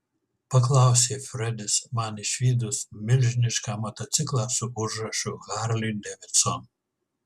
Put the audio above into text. paklausė fredis man išvydus milžinišką motociklą su užrašu harley davidson